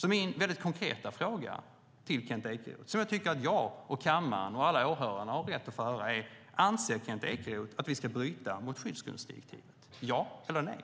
Min väldigt konkreta fråga till Kent Ekeroth som jag tycker att jag, kammaren och alla åhörare har rätt att få höra svaret på är: Anser Kent Ekeroth att vi ska bryta mot skyddsgrundsdirektivet? Ja eller nej?